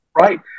Right